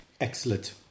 Excellent